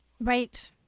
Right